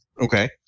Okay